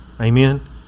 Amen